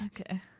Okay